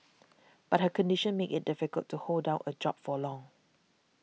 but her condition made it difficult to hold down a job for long